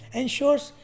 ensures